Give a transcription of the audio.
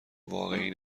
واقعی